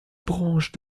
branche